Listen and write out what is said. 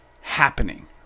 happening